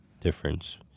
difference